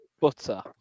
butter